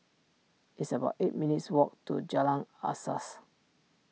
it's about eight minutes' walk to Jalan Asas